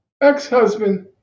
ex-husband